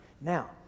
Now